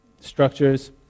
structures